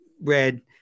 Red